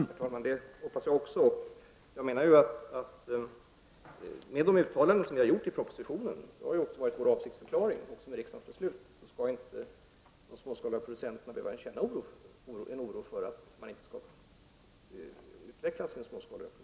Herr talman! Det hoppas jag också. Med tanke på de uttalanden som vi har gjort i propositionen — det är också vår avsiktsförklaring med anledning av riksdagsbeslutet — skall inte producenterna behöva känna oro för att de inte får utveckla sin småskaliga köttproduktion.